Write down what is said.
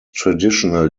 traditional